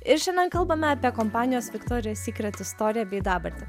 ir šiandien kalbame apie kompanijos viktorija sykret istoriją bei dabartį